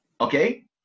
Okay